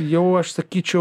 jau aš sakyčiau